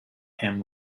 him